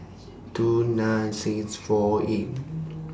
two nine six four eight